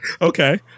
Okay